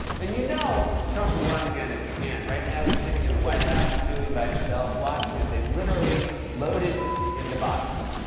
and you know trump will run again if he can. right now he's sitting in the white house, stewing by himself, watching as they literally load his into boxes.